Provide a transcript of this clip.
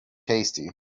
tasty